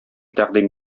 тәкъдим